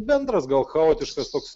bendras gal chaotiškas toks